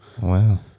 wow